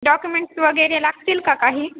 documents वगैरे लागतील का काही